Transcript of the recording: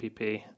APP